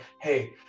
Hey